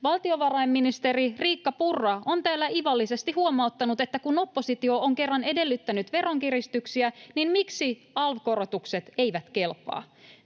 Valtiovarainministeri Riikka Purra on täällä ivallisesti huomauttanut, että kun oppositio on kerran edellyttänyt veronkiristyksiä, niin miksi alv-korotukset eivät kelpaa.